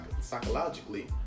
psychologically